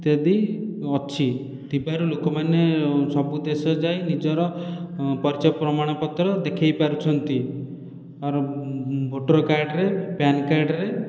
ଇତ୍ୟାଦି ଅଛି ଥିବାରୁ ଲୋକମାନେ ସବୁ ଦେଶ ଯାଇ ନିଜର ପରିଚୟ ପ୍ରମାଣପତ୍ର ଦେଖେଇ ପାରୁଛନ୍ତି ଅର୍ ଭୋଟର କାର୍ଡ଼ରେ ପ୍ୟାନ କାର୍ଡ଼ରେ